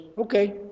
okay